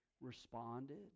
Responded